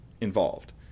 involved